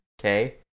okay